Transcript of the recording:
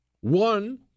One